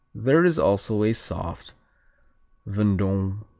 there is also a soft vendome